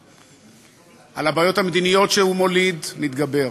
על הבעיות המדיניות שהוא מוליד, נתגבר.